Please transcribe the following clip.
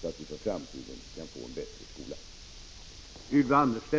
så attviför ZIG framtiden kan få en bättre skola. Betygenilärarut: